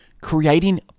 creating